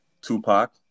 Tupac